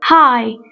Hi